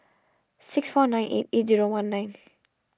six four nine eight eight zero one nine